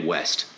West